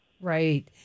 Right